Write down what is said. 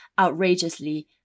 outrageously